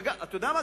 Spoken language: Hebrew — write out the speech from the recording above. ואתה יודע מה?